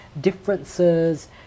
differences